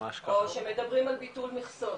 או שמדברים על ביטול מכסות.